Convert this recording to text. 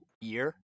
year